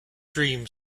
dream